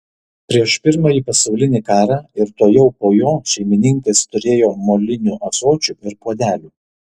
prieš pirmąjį pasaulinį karą ir tuojau po jo šeimininkės turėjo molinių ąsočių ir puodelių